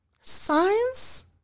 Science